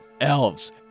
elves